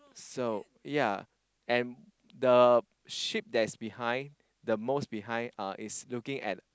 so ya and the sheep that is behind the most behind uh is looking at